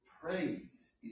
Praise